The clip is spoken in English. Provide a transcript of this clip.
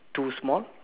two small